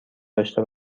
داشته